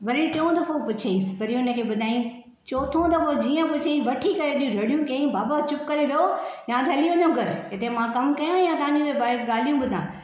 वरी टियों दफ़ो पुछियईंसि वरी हिन खे ॿुधायईं चोथों दफ़ो जीअं पुछियईंसि वठी करे हेॾियूं रड़ियूं कयईं बाबा चुप करे वेहो या त हली वञो घरु हिते मां कमु कयां या तव्हांजी भई ॻाल्हियूं ॿुधां